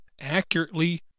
accurately